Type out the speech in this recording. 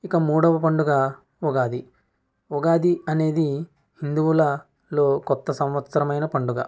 ఇక మూడవ పండుగ ఉగాది ఉగాది అనేది హిందువులలో కొత్త సంవత్సరమైన పండుగ